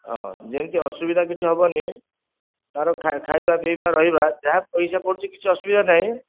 ହଁ ଯେମିତି ଅସୁବିଧା କିଛି ହେବନି ତା'ର ଖାଇବା ପିଇବା ରହିବା ଯାହା ପଇସା ପଡ଼ୁଛି କିଛି ଅସୁବିଧା ନାହିଁ